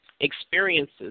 experiences